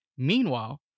Meanwhile